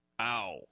Ow